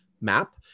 map